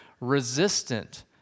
resistant